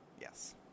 Yes